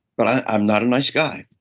but i'm not a nice guy.